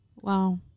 Wow